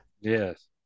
Yes